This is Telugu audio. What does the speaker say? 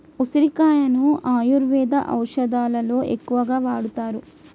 ఉసిరికాయలను ఆయుర్వేద ఔషదాలలో ఎక్కువగా వాడుతారు